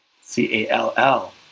C-A-L-L